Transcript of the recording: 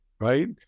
right